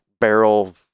barrel